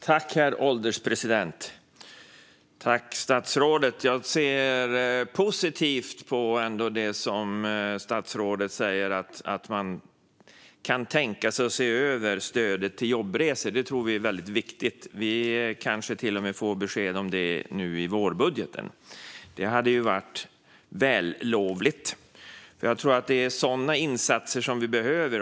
Herr ålderspresident! Jag ser positivt på det som statsrådet sa om att man kan tänka sig att se över stödet till jobbresor. Detta tror vi är väldigt viktigt. Vi kanske till och med får besked om det i vårbudgeten; det skulle ju vara vällovligt. Jag tror att det är sådana insatser som vi behöver.